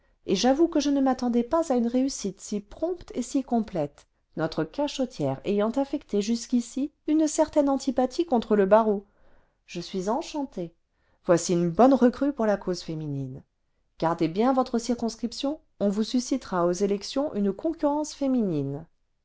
et j'avoue que je ne m'attendais pas à une rénslie vingtième siècle site si prompte et si complète notre cachottière ayant affecté jusqu'ici une certaine antipathie contre le barreau je suis enchantée voici une bonne recrue pour la cause féminine gardez bien votre circonscription on vous suscitera aux élections une concurrence féminine